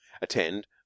attend